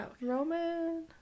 Roman